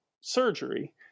surgery